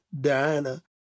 Diana